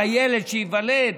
לילד שייוולד,